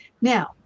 now